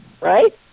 right